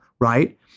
right